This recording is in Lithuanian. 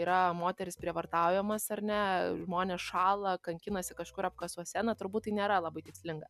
yra moterys prievartaujamos ar ne žmonės šąla kankinasi kažkur apkasuose na turbūt tai nėra labai tikslinga